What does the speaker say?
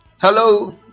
Hello